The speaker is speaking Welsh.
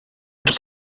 dros